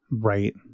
right